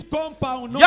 compound